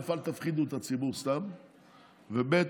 א.